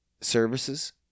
services